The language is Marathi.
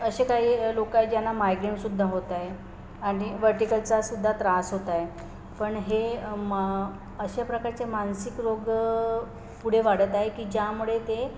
असे काही लोक आहे ज्यांना मायग्रेनसुद्धा होत आहे आणि व्हर्टिकलचासुद्धा त्रास होत आहे पण हे मा अशा प्रकारचे मानसिक रोग पुढे वाढत आहे की ज्यामुळे ते